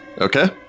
Okay